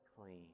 clean